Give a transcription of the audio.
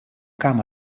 camp